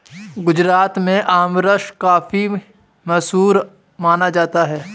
गुजरात में आमरस काफी मशहूर माना जाता है